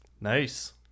Nice